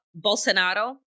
Bolsonaro